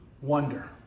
wonder